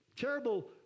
terrible